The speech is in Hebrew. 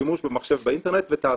שימוש במחשב באינטרנט ותעסוקה.